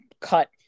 cut